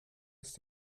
ist